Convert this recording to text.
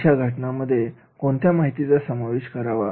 अशा घटनांमध्ये कोणत्या माहितीचा समावेश करावा